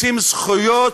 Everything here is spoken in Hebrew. רוצים זכויות,